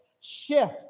Shift